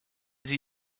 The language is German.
sie